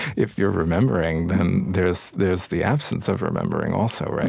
if you're remembering, then there's there's the absence of remembering also, right?